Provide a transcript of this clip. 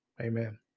Amen